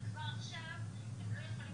משתמשת במזומן בסכומים מאוד גבוהים.